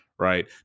Right